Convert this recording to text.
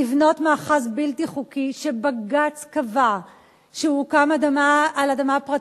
לבנות מאחז בלתי חוקי שבג"ץ קבע שהוא הוקם על אדמה פרטית,